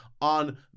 on